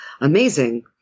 amazing